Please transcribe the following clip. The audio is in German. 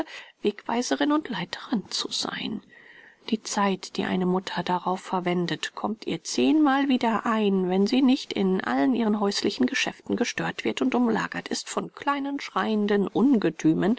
wegweiserin und leiterin zu sein die zeit die eine mutter darauf verwendet kommt ihr zehnmal wieder ein wenn sie nicht in allen ihren häuslichen geschäften gestört wird und umlagert ist von kleinen schreienden ungethümen